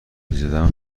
زدم